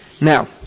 Now